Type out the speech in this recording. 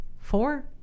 four